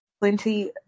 plenty